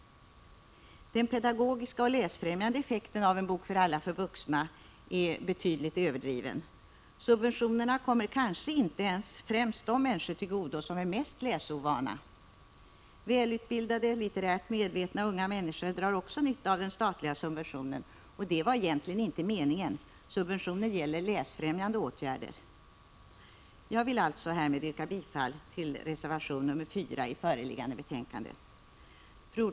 Den pedagogiska och läsfrämjande effekten av ”En bok för alla” för vuxna är betydligt överdriven. Subventionerna kommer kanske inte ens främst de människor till godo som är mest läsovana. Välutbildade, litterärt medvetna ungå människor drar också nytta av den statliga subventionen, och det var egentligen inte meningen. Subventionen gäller läsfrämjande åtgärder. Jag vill härmed yrka bifall till reservation 4 i föreliggande betänkande.